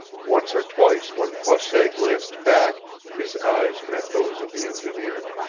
once or twice when croisset glanced back his eyes met those of the engineer.